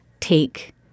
take